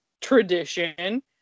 tradition